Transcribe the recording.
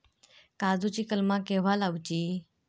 काजुची कलमा केव्हा लावची?